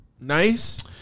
nice